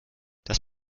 das